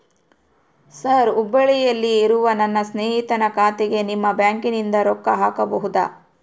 Sir ಹುಬ್ಬಳ್ಳಿಯಲ್ಲಿ ಇರುವ ನನ್ನ ಸ್ನೇಹಿತನ ಖಾತೆಗೆ ನಿಮ್ಮ ಬ್ಯಾಂಕಿನಿಂದ ರೊಕ್ಕ ಹಾಕಬಹುದಾ?